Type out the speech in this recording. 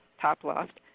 top left.